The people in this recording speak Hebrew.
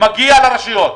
מגיע לרשויות.